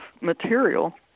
material